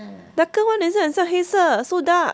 darker [one] 等一下很像黑色 so dark